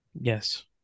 Yes